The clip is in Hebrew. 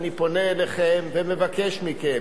אני פונה אליכם ומבקש מכם: